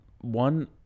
One